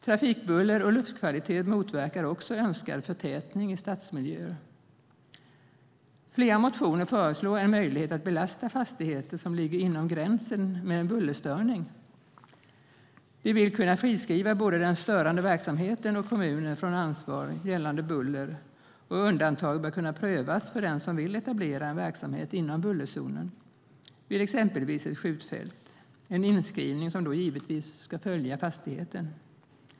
Trafikbuller och luftkvalitet motverkar också önskad förtätning i stadsmiljöer. I flera motioner föreslås en möjlighet att belasta fastigheter som ligger inom gränsen med en bullerstörning. Man vill kunna friskriva både den störande verksamheten och kommunen från ansvar gällande buller, och undantag bör kunna prövas för dem som vill etablera en verksamhet inom bullerzonen vid exempelvis ett skjutfält. Det är en inskrivning som då givetvis ska följa fastigheten.